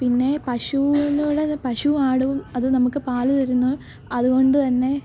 പിന്നെ പശു പശും ആടും അത് നമുക്ക് പാലു തരുന്നു അതുകൊണ്ടു തന്നെ